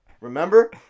Remember